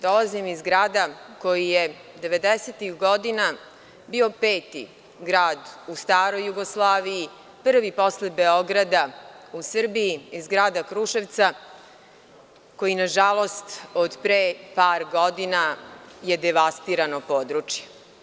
Dolazim iz grada koji je 90-ih godina bio peti grad u staroj Jugoslaviji, prvi posle Beograda u Srbiji, iz grada Kruševca koji nažalost od pre par godina je devastirano područje.